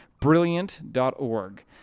Brilliant.org